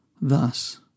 thus